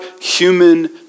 human